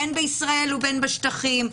בין בישראל ובין בשטחים,